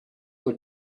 were